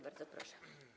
Bardzo proszę.